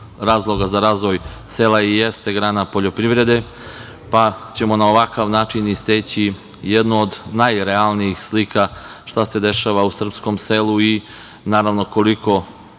razloga za razvoj sela i jeste grana poljoprivrede, pa ćemo na ovakav način i steći jednu od najrealnijih slika šta se dešava u srpskom selu i koliko